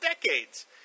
decades